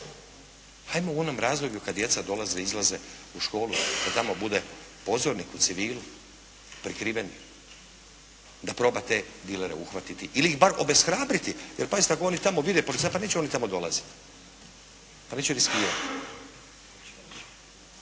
Ajmo u onom razdoblju kada djeca dolaze, izlaze u školu, da tamo bude pozornik u civilu, prikriven da proba te dilere uhvatiti ili ih bar obeshrabriti. Jer pazite ako oni tamo vide policajca, pa neće oni tamo dolaziti, pa neće riskirati.